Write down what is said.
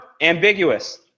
Ambiguous